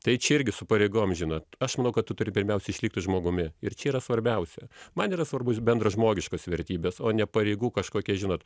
tai čia irgi su pareigom žinot aš manau kad tu turi pirmiausia išlikti žmogumi ir čia yra svarbiausia man yra svarbus bendražmogiškos vertybės o ne pareigų kažkokia žinot